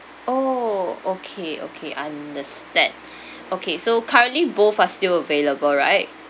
oh okay okay understand okay so currently both are still available right